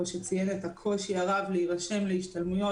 שציין הקושי הרבה להירשם להשתלמויות.